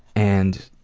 and